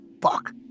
fuck